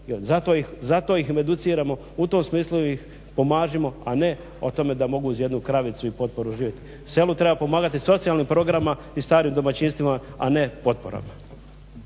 zato ih ne educiramo, u tom smislu ih pomažimo a ne o tome da mogu uz jednu kravicu i potporu živjeti. Selo treba pomagati socijalnim programom i starim domaćinstvima, a ne potporama.